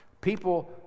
People